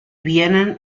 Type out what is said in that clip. vienen